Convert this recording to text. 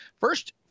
first